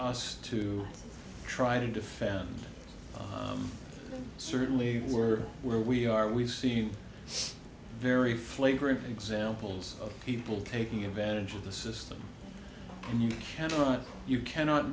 us to try to defend certainly we're where we are we've seen very flagrant examples of people taking advantage of the system cannot you cannot